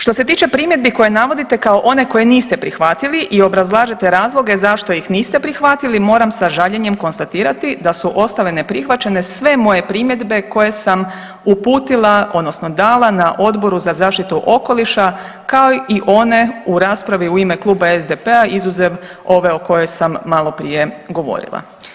Što se tiče primjedbi koje navodite kao one koje niste prihvatili i obrazlažete razloge zašto ih niste prihvatili, moram sa žaljenjem konstatirati da su ostale neprihvaćene sve moje primjedbe koje sam uputila odnosno dala na Odboru za zaštitu okoliša, kao i one u raspravi u ime Kluba SDP-a izuzev ove o kojoj sam maloprije govorila.